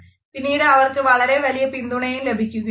പിന്നീട് അവർക്ക് വളരെ വലിയ പിന്തുണയും ലഭിക്കുകയുണ്ടായി